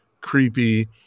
creepy